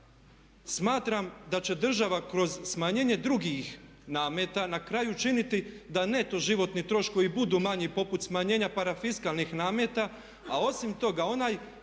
smatram da će država kroz smanjenje drugih nameta na kraju učiniti da neto životni troškovi budu manji poput smanjenja parafiskalnih nameta. A osim toga onaj